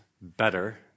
better